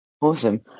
Awesome